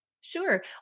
Sure